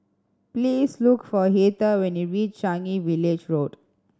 please look for Heather when you reach Changi Village Road